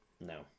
No